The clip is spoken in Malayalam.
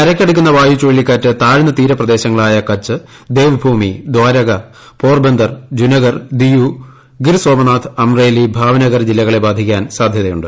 കരയ്ക്കടുക്കുന്ന വായു ചുഴലിക്കാറ്റ് താഴ്ന്ന തീര പ്രദേശങ്ങളായ കച്ച് ദേവ്ഭൂമി ദാരക പോർബന്ദർ ജൂനഗർ ദിയു ഗിർസോമനാഥ് അംറേലി ഭാവ്നഗർ ജില്ലകളെ ബാധിക്കാൻ സാധ്യതയുണ്ട്